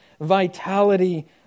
vitality